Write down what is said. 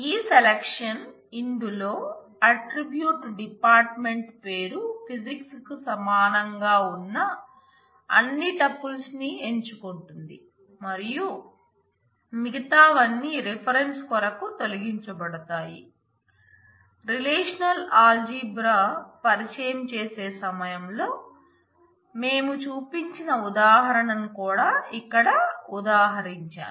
ఈ సెలక్షన్ పరిచయం చేసే సమయంలో మేం చూపించిన ఉదాహరణను కూడా ఇక్కడ ఉదహరించాను